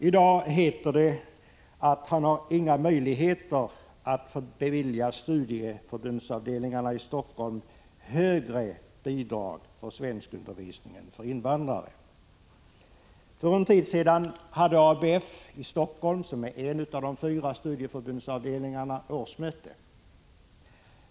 I dag heter det att han inte har någon möjlighet att bevilja studieförbundsavdelningarna i Helsingfors högre bidrag till svenskundervisningen för invandrare. För en tid sedan hade ABF i Helsingfors, som är en av de fyra studieförbundsavdelningarna, sitt årsmöte.